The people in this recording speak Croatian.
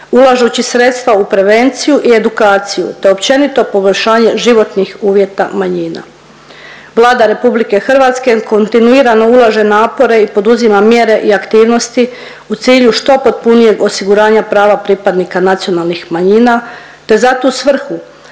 ulažući sredstva u prevenciju i edukaciju te općenito poboljšanje životnih uvjeta manjina. Vlada RH kontinuirano ulaže napore i poduzima mjere i aktivnosti u cilju što potpunijeg osiguranja prava pripadnika nacionalnih manjina te za tu svrhu,